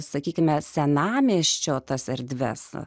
sakykime senamiesčio tas erdves